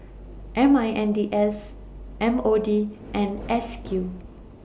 M I N D S M O D and S Q